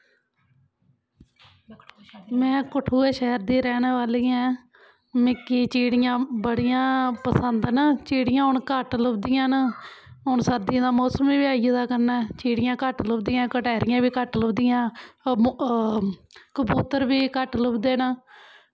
में कठुए शैह्र दी रैह्न वाली आं मिकी चिड़ियां बड़ियां पसंद न चिड़ियां हून घट्ट लभदियां न हून सर्दियें दा मोसम बी आई गेदा कन्नै चिड़ियां घट्ट लभदियां गटैरियां बी घट्ट लभदियां कबूतर बी घट्ट लभदे न